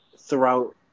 throughout